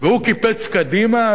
הוא קיפץ קדימה,